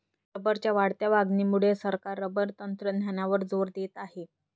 रबरच्या वाढत्या मागणीमुळे सरकार रबर तंत्रज्ञानावर जोर देत आहे